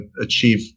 achieve